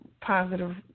Positive